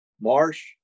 Marsh